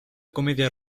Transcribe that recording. comedia